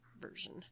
version